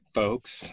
folks